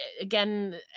Again